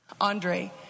Andre